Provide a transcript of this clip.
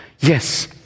Yes